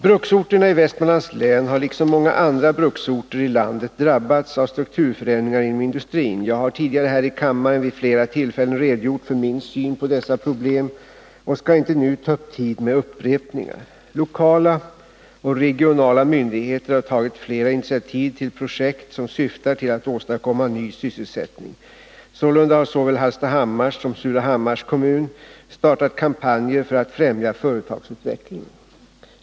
Bruksorterna i Västmanlands län har liksom många andra bruksorter i landet drabbats av strukturförändringar inom industrin. Jag har tidigare här i kammaren vid flera tillfällen redogjort för min syn på dessa problem och skall inte nu ta upp tid med upprepningar. Lokala och regionala myndigheter har tagit flera initiativ till projekt som syftar till att åstadkomma ny sysselsättning. Sålunda har såväl Hallstahammars som Surahammars kommun startat kampanjer för att främja företagsutvecklingen.